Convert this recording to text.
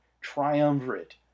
triumvirate